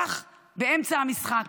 כך באמצע המשחק.